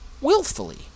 willfully